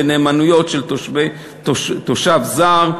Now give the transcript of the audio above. בנאמנויות של תושב זר,